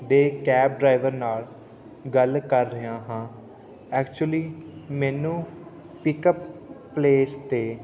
ਦੇ cab driver ਨਾਲ ਗੱਲ ਕਰ ਰਿਹਾ ਹਾਂ ਐਕਚੁਲੀ ਮੈਨੂੰ ਪਿਕਅਪ ਪਲੇਸ 'ਤੇ